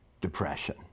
depression